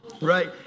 right